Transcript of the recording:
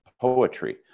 poetry